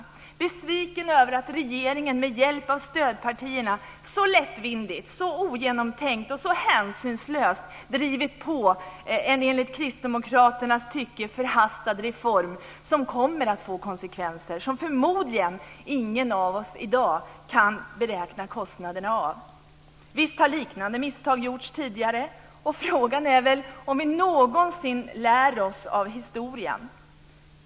Jag är besviken över att regeringen med hjälp av stödpartierna så lättvindigt, ogenomtänkt och hänsynslöst drivit på en enligt kristdemokraternas tycke förhastad reform som kommer att få konsekvenser som förmodligen ingen av oss i dag kan beräkna kostnaderna av. Visst har liknande misstag gjorts tidigare, och frågan är väl om vi någonsin lär oss av historien.